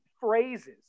phrases